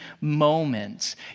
moments